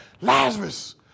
Lazarus